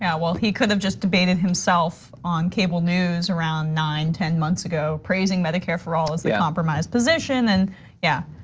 yeah, well, he could've just debated himself on cable news around nine, ten months ago praising medicare for all as the compromised position. and yeah,